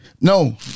no